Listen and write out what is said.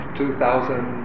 2000